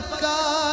God